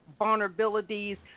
vulnerabilities